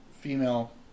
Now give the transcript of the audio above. female